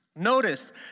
Notice